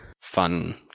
fun